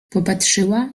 popatrzyła